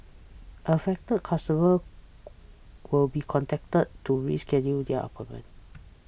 affected customers will be contacted to reschedule their appointments